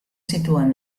situen